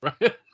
Right